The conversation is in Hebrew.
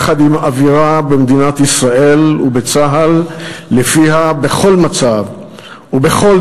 יחד עם אווירה במדינת ישראל ובצה"ל שלפיה בכל מצב ובכל